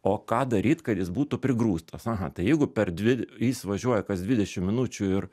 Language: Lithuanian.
o ką daryt kad jis būtų prigrūstas aha tai jeigu per dvi jis važiuoja kas dvidešim minučių ir